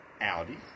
Audi